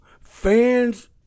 fans